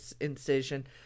incision